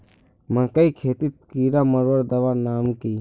मकई खेतीत कीड़ा मारवार दवा नाम की?